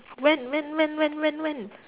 when when when when when when